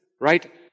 right